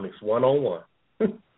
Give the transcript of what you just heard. one-on-one